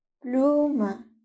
pluma